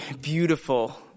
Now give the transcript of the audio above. beautiful